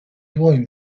dłoń